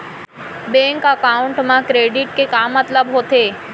Bank account मा credit के का मतलब होथे?